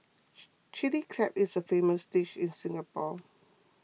Chilli Crab is a famous dish in Singapore